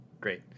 great